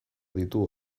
ditu